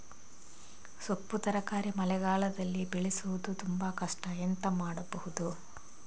ಸೊಪ್ಪು ತರಕಾರಿ ಮಳೆಗಾಲದಲ್ಲಿ ಬೆಳೆಸುವುದು ತುಂಬಾ ಕಷ್ಟ ಎಂತ ಮಾಡಬಹುದು?